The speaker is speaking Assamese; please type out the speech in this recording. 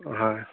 হয়